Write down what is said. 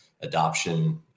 adoption